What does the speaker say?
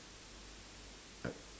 I